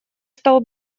стал